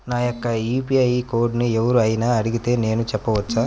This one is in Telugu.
నా యొక్క యూ.పీ.ఐ కోడ్ని ఎవరు అయినా అడిగితే నేను చెప్పవచ్చా?